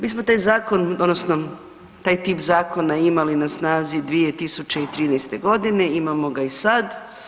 Mi smo taj zakon odnosno taj tip zakona imali na snazi 2013. godine, imamo ga i sad.